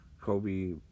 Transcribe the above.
Kobe